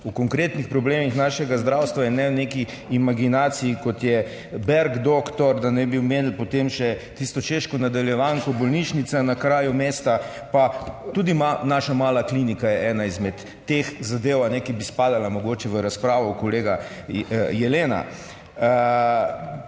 o konkretnih problemih našega zdravstva in ne v neki imaginaciji, kot je Berg doktor, da ne bi omenili potem še tisto češko nadaljevanko Bolnišnica na kraju mesta, pa tudi Naša mala klinika je ena izmed teh zadev, ki bi spadala mogoče v razpravo kolega Jelena.